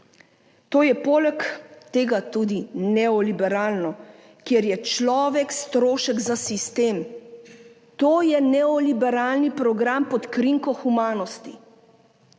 To je poleg tega tudi neoliberalno, kjer je človek strošek za sistem, to je neoliberalni program pod krinko humanosti.